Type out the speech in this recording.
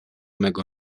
mego